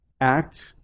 act